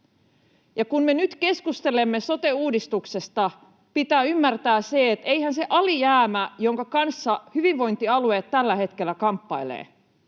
kun me nyt keskustelemme sote-uudistuksesta, pitää ymmärtää se, että eihän se alijäämä, jonka kanssa hyvinvointialueet tällä hetkellä kamppailevat,